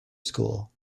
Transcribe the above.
school